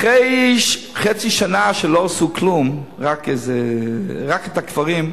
אחרי חצי שנה שלא עשו כלום, רק את הקברים,